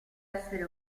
essere